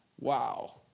Wow